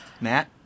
Matt